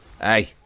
hey